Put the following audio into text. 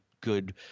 good